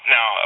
Now